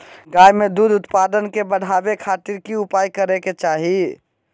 गाय में दूध उत्पादन के बढ़ावे खातिर की उपाय करें कि चाही?